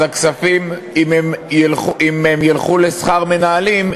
אז אם הכספים ילכו לשכר מנהלים,